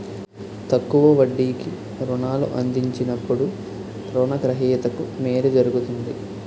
తక్కువ వడ్డీకి రుణాలు అందించినప్పుడు రుణ గ్రహీతకు మేలు జరుగుతుంది